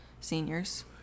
seniors